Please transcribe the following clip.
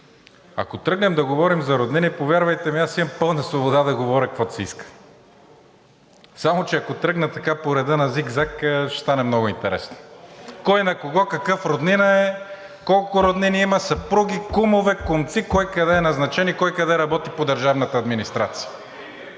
ако тръгнем да говорим за роднини, повярвайте ми, аз имам пълна свобода да говоря, каквото си искам. Само че, ако тръгна така по реда на зигзаг, ще стане много интересно. Кой на кого какъв роднина е? Колко роднини има? Съпруги, кумове, кумци, кой къде е назначен и кой къде работи по държавната администрация?